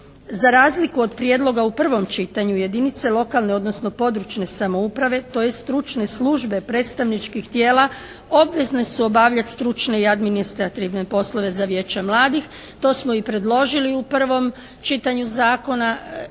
Za razliku od prijedloga u prvom čitanju jedinice lokalne, odnosno područne samouprave, tj. stručne službe predstavničkih tijela obvezne su obavljati stručne i administrativne poslove za Vijeća mladih. To smo i predložili u prvom čitanju Zakona